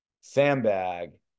sandbag